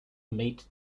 meat